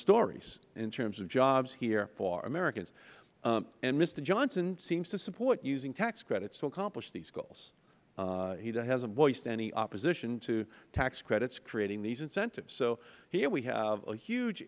stories in terms of jobs here for americans and mister johnson seems to support using tax credits to accomplish these goals he hasn't voiced any opposition to tax credits creating these incentives so here we have a huge